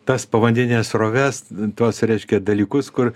tas povandenines sroves tuos reiškia dalykus kur